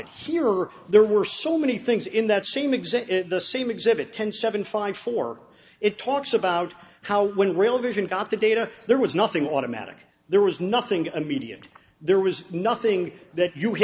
it here or there were so many things in that same exhibit the same exhibit ten seven five four it talks about how when real vision got the data there was nothing automatic there was nothing and media there was nothing that you